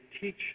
teach